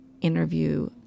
interview